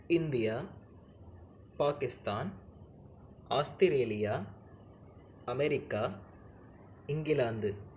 India Pakistan Australia America England